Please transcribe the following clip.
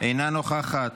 אינה נוכחת.